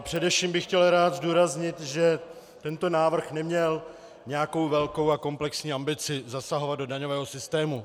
Především bych chtěl rád zdůraznit, že tento návrh neměl nějakou velkou a komplexní ambici zasahovat do daňového systému.